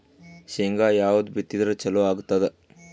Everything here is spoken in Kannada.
ಶೇಂಗಾ ಯಾವದ್ ಬಿತ್ತಿದರ ಚಲೋ ಆಗತದ?